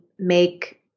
Make